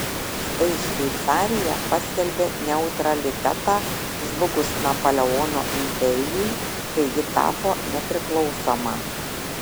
štai šveicarija paskelbė neutralitetą žlugus napoleono imperijai kai ji tapo nepriklausoma